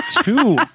Two